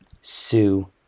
sue